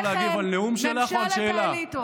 גלית, אני אמור להגיב על נאום שלך או על שאלה?